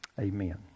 Amen